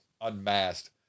Unmasked